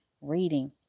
reading